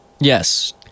Yes